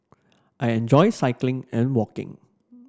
I enjoy cycling and walking